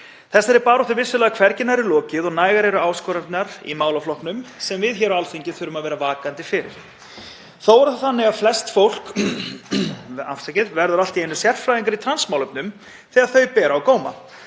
Þessari baráttu er vissulega hvergi nærri lokið og nægar eru áskoranirnar í málaflokknum sem við á Alþingi þurfum að vera vakandi fyrir. Þó er það þannig að flest fólk verður allt í einu sérfræðingar í trans málefnum þegar þau mál ber á góma